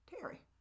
Terry